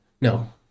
No